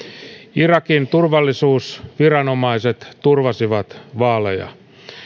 irakin turvallisuusviranomaiset turvasivat vaaleja